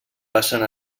passen